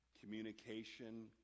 communication